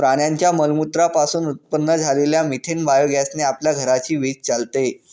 प्राण्यांच्या मलमूत्रा पासून उत्पन्न झालेल्या मिथेन बायोगॅस ने आपल्या घराची वीज चालते